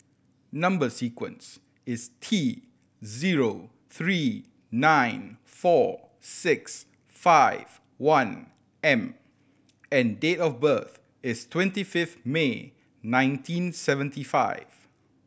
number sequence is T zero three nine four six five one M and date of birth is twenty fifth May nineteen seventy five